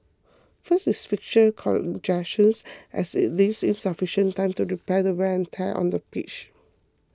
first is fixture congestions as it leaves insufficient time to repair the wear and tear on the pitch